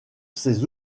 ses